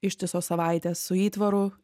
ištisos savaitės su įtvaru